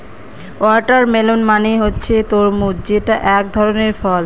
watermelon মানে হচ্ছে তরমুজ যেটা এক ধরনের ফল